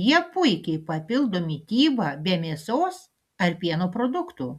jie puikiai papildo mitybą be mėsos ar pieno produktų